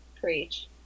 preach